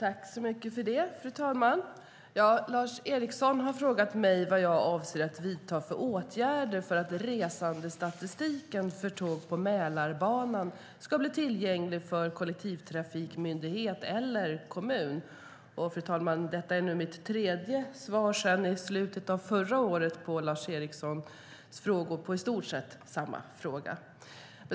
Fru talman! Lars Eriksson har frågat mig vad jag avser att vidta för åtgärder för att resandestatistiken för tåg på Mälarbanan ska bli tillgänglig för kollektivtrafikmyndighet eller kommun. Fru talman! Detta är nu mitt tredje svar sedan i slutet av förra året till Lars Eriksson på i stort sett samma fråga.